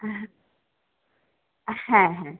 হ্যাঁ হ্যাঁ হ্যাঁ